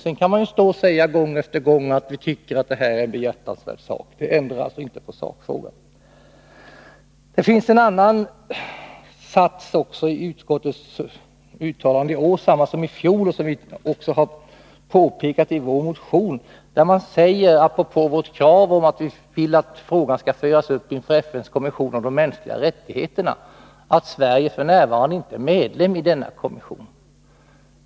Sedan kan man gång efter gång säga att ”vi tycker att det här är en behjärtansvärd sak”. Det ändrar alltså inte på sakfrågan. Det finns en annan sats i utskottets uttalande som är densamma som i fjol och som vi har pekat på i vår motion. Utskottet säger apropå vårt krav att frågan skall föras upp inför FN:s kommission för mänskliga rättigheter att Sverige f. n. inte är medlem i denna kommission.